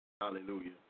Hallelujah